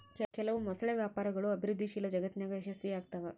ಕೆಲವು ಮೊಸಳೆ ವ್ಯಾಪಾರಗಳು ಅಭಿವೃದ್ಧಿಶೀಲ ಜಗತ್ತಿನಾಗ ಯಶಸ್ವಿಯಾಗ್ತವ